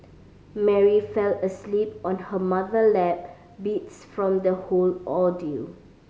Mary fell asleep on her mother lap beats from the whole ordeal